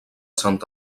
sant